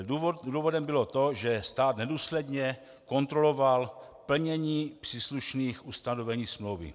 Důvodem bylo to, že stát nedůsledně kontroloval plnění příslušných ustanovení smlouvy.